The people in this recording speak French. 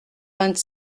vingt